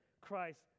Christ